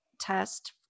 test